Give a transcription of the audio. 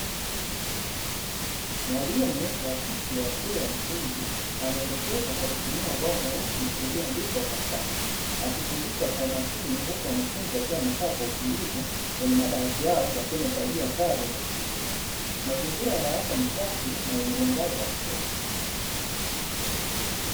Mwalimu wa kike wa shule ya msingi anaelekeza kwa kutumia ubao mweusi ulioandikwa kwa chaki akifundisha kwa umakini, huku wanafunzi wakiwa wamekaa kwa utulivu kwenye madawati yao wakiwa wamevalia sare za kupendeza, mazingira ya darasa ni safi na yenye mwangaza wa kutosha.